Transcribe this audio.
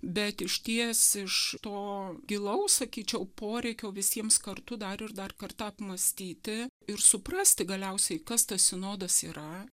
bet išties iš to gilaus sakyčiau poreikio visiems kartu dar ir dar kartą apmąstyti ir suprasti galiausiai kas tas sinodas yra